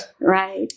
Right